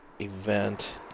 event